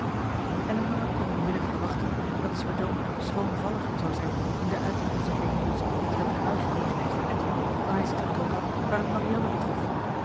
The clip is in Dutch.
elinor kon moeilijk verwachten dat sir john schroomvalliger zou zijn in de uiting van zijn vermoedens omtrent haar genegenheid voor edward dan hij zich getoond had waar het marianne betrof